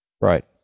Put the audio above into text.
Right